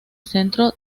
centro